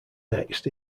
next